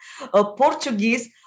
Portuguese